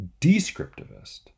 descriptivist